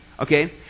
okay